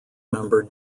member